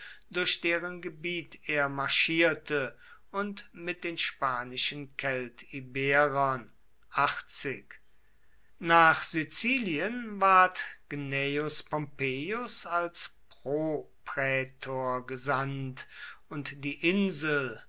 durch deren gebiet er marschierte und mit den spanischen keltiberern nach sizilien ward gnaeus pompeius als proprätor gesandt und die insel